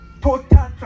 total